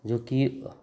जो की